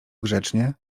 grzecznie